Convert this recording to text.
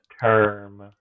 term